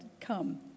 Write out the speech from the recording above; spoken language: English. come